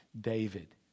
David